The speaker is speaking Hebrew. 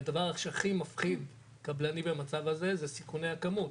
שהדבר שהכי מפחיד קבלנים במצב הזה אלו סיכוני הכמות,